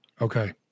Okay